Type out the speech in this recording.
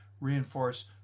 reinforce